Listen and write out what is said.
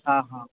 हां हां